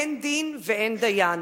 אין דין ואין דיין.